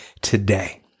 today